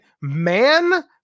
Man